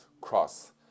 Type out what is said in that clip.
cross